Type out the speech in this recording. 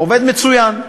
עובד מצוין.